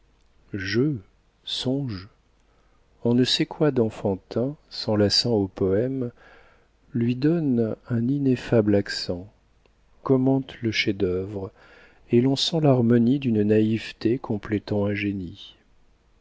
jeu songe on ne sait quoi d'enfantin s'enlaçant au poème lui donne un ineffable accent commente le chef-d'œuvre et l'on sent l'harmonie d'une naïveté complétant un génie